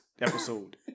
episode